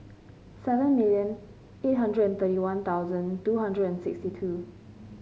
seven million eight hundred and thirty One Thousand two hundred and sixty two